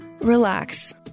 Relax